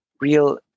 real